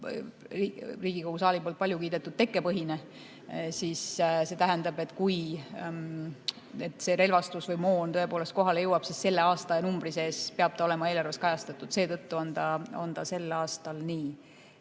Riigikogu saali poolt paljukiidetud tekkepõhine eelarve arvestus, siis see tähendab seda, et kui see relvastus ja moon tõepoolest kohale jõuab, siis selle aastanumbri sees peab ta olema eelarves kajastatud. Seetõttu on see sel aastal nii.